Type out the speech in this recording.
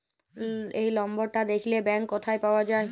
এই লম্বরটা দ্যাখলে ব্যাংক ক্যথায় পাউয়া যায়